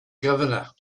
governor